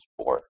sport